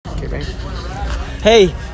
Hey